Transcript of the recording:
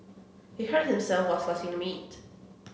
he hurt himself while slicing the meat